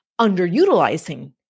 underutilizing